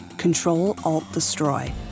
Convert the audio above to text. Control-Alt-Destroy